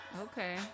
Okay